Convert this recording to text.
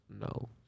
no